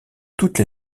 toutes